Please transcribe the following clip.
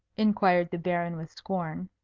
inquired the baron with scorn.